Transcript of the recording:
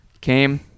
came